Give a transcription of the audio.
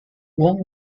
wong